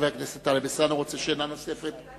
חבר הכנסת טלב אלסאנע רוצה שאלה נוספת,